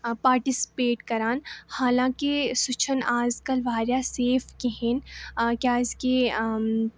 participate کَران حالانٛکہِ سُہ چھُ نہٕ اَزکَل واریاہ سیٚف کِہیٖنٛۍ کیٛازِکہِ